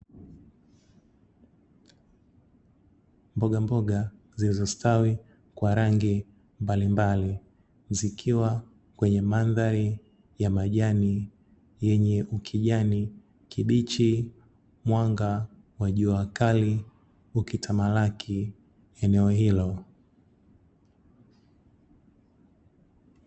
Mbogamboga zilizostawi kwa rangi mbalimbali, zikiwa kwenye mandhari ya majani yenye ukijani kibichi. Mwanga wa jua kali ukitamalaki eneo hilo.